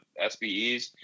SBEs